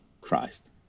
Christ